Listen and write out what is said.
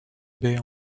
baie